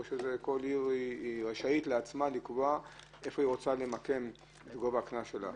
או כל עיר רשאית לקבוע לעצמה איפה היא רוצה למקם את גובה הקנס שלה?